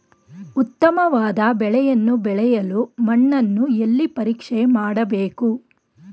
ಉತ್ತಮವಾದ ಬೆಳೆಯನ್ನು ಬೆಳೆಯಲು ಮಣ್ಣನ್ನು ಎಲ್ಲಿ ಪರೀಕ್ಷೆ ಮಾಡಬೇಕು?